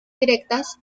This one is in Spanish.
directas